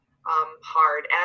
hard